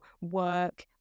work